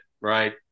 right